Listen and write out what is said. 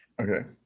okay